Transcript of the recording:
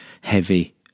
heavy